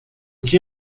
que